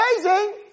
amazing